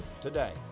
today